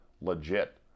legit